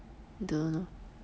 don't know